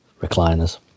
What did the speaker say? recliners